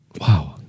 Wow